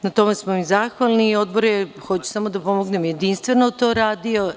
Na tome smo im zahvalni i Odbor je, hoću samo da pomognem, jedinstveno to radio.